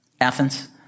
Athens